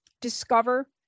Discover